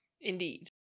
Indeed